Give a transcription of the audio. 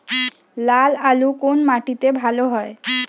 লাল আলু কোন মাটিতে ভালো হয়?